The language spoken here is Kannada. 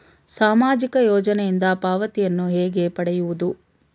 ಸಾಮಾಜಿಕ ಯೋಜನೆಯಿಂದ ಪಾವತಿಯನ್ನು ಹೇಗೆ ಪಡೆಯುವುದು?